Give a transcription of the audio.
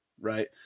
right